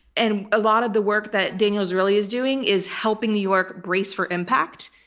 and a lot of the work that daniel zarrilli is doing is helping new york brace for impact,